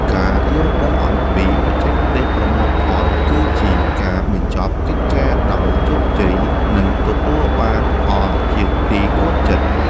ការយល់ដឹងអំពីបច្ចេកទេសប្រមូលផលគឺជាការបញ្ចប់កិច្ចការដោយជោគជ័យ និងទទួលបានផលជាទីគាប់ចិត្ត។